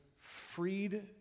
freed